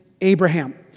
Abraham